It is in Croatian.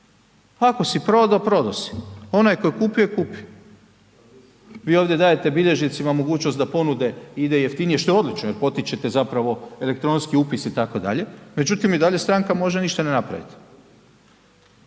ako si prodao, prodao si. Onaj koji je kupio je kupio. Vi ovdje dajete bilježnicima mogućnost da ponude idu jeftinije što je što je odlično jer potičete zapravo elektronski upis itd., međutim i dalje stranka može ništa ne napravit.